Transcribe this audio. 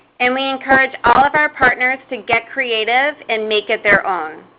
and we encourage all of our partners to get creative and make it their own.